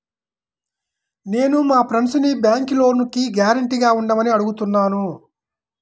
నేను మా ఫ్రెండ్సుని బ్యేంకులో లోనుకి గ్యారంటీగా ఉండమని అడుగుతున్నాను